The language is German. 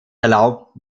erlaubt